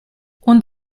und